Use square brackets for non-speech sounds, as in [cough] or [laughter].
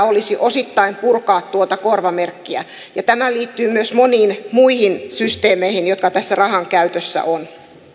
[unintelligible] olisi osittain purkaa tuota korvamerkkiä ja tämä liittyy myös moniin muihin systeemeihin joita tässä rahankäytössä on